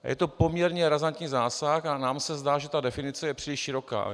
Je to poměrně razantní zásah a nám se zdá, že ta definice je příliš široká.